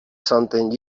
something